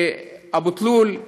אבו תלול,